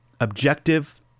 objective